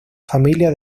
familia